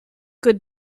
good